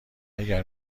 اگر